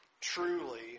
truly